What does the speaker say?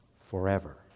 forever